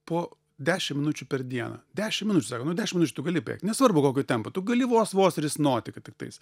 po dešim minučių per dieną dešim minučių sako nu dešim minučių tu gali bėgt nesvarbu kokiu tempu tu gali vos vos risnoti kad tiktais